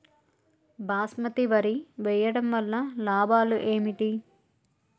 బాస్మతి వరి వేయటం వల్ల లాభాలు ఏమిటి?